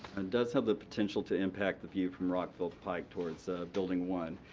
and does have the potential to impact the view from rockville pike towards building one.